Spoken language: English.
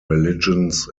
religions